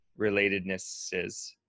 relatednesses